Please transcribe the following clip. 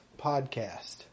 podcast